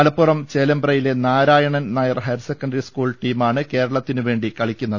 മലപ്പുറം ചേലേമ്പ്രയിലെ Narayanan Nair higher secondary school ടീമാണ് കേരളത്തിനുവേണ്ടി കളിക്കുന്നത്